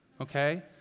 okay